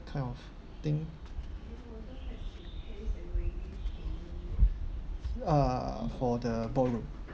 kind of thing uh for the ballroom